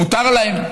מותר להם.